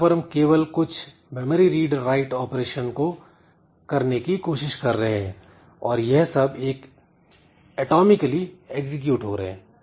यहां पर हम केवल कुछ मेमोरी रीड राइट ऑपरेशन को करने की कोशिश कर रहे हैं और यह सब एटॉमिकली एग्जीक्यूट हो रहे हैं